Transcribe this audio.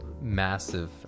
massive